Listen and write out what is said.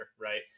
Right